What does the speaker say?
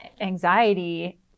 anxiety